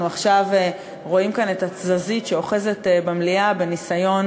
עכשיו רואים כאן שאוחזת במליאה בניסיון